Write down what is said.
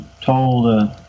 told